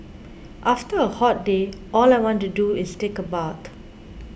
after a hot day all I want to do is take a bath